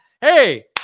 hey